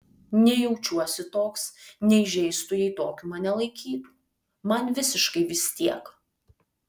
nei jaučiuosi toks nei žeistų jei tokiu mane laikytų man visiškai vis tiek